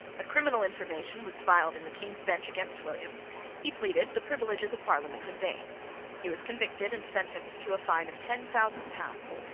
a criminal information was filed in the king's bench against williams he pleaded the privileges of parliament in vain he was convicted and sentenced to a fine of ten thousand pounds.